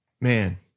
man